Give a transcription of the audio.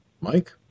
Mike